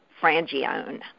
Frangione